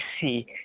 see